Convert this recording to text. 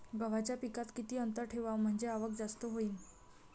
गव्हाच्या पिकात किती अंतर ठेवाव म्हनजे आवक जास्त होईन?